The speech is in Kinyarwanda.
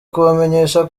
kubamenyesha